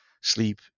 sleep